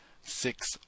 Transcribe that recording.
six